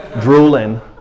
drooling